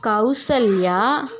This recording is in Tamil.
கௌசல்யா